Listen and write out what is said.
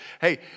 hey